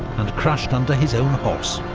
and crushed under his own horse.